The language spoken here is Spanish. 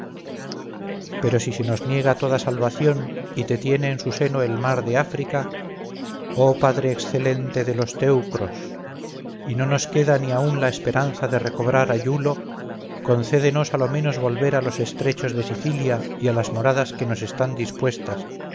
pero si se nos niega toda salvación y te tiene en su seno el mar de áfrica oh padre excelente de los teucros y no nos queda ni aun la esperanza de recobrar a iulo concédenos a lo menos volver a los estrechos de sicilia y a las moradas que nos están dispuestas